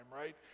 right